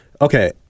okay